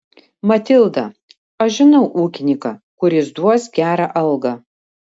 matilda aš žinau ūkininką kuris duos gerą algą